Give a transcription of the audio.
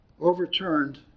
overturned